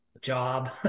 job